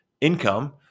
income